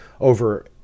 over